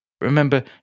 Remember